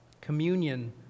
Communion